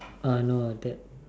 no that